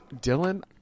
Dylan